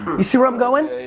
you see where i'm going?